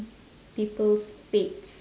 people's fates